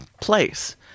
place